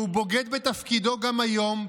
והוא בוגד בתפקידו גם היום,